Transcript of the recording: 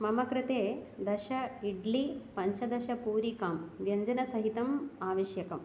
मम कृते दश इड्लि पञ्चदश पूरीकां व्यञ्जनसहितम् आवश्यकम्